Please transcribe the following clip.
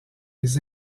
les